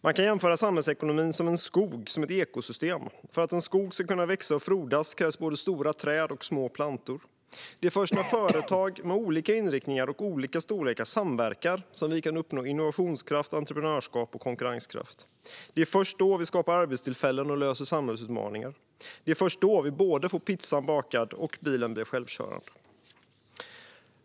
Man kan jämföra samhällsekonomin med ett ekosystem såsom en skog. För att en skog ska kunna växa och frodas krävs både stora träd och små plantor. Det är först när företag med olika inriktningar och olika storlekar samverkar som vi kan uppnå innovationskraft, entreprenörskap och konkurrenskraft. Det är först då vi skapar arbetstillfällen och löser samhällsutmaningar. Det är först då vi får både pizzan bakad och självkörande bilar.